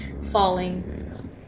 falling